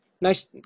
Nice